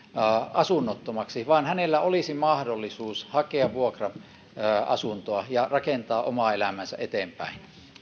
asunnottomaksi vaan hänellä olisi mahdollisuus hakea vuokra asuntoa ja rakentaa omaa elämäänsä eteenpäin